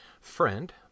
friend